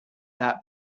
that